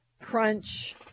crunch